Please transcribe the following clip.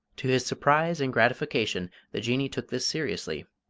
to his surprise and gratification the jinnee took this seriously.